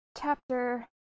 chapter